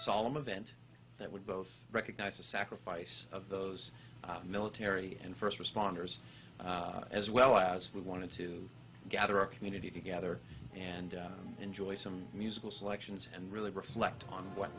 solemn event that would both recognize the sacrifice of those military and first responders as well as we wanted to gather a community together and enjoy some musical selections and really reflect on what